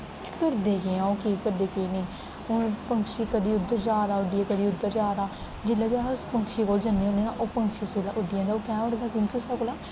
करदे केह् ऐ केह् करदे केह् नेईं हून पंक्षी कदें उद्धर जा दा उड्ढियै कदें उद्धर जा दा जेल्लै बी अस उस पंक्षी कोल जन्ने होन्ने ना ओह् पंक्षी उस बेल्लै उड्डी जंदा ओह् कैंह् उड्ढदा क्योंकि ओह् साढ़े कोला